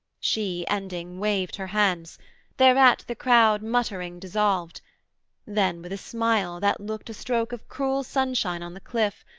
she, ending, waved her hands thereat the crowd muttering, dissolved then with a smile, that looked a stroke of cruel sunshine on the cliff,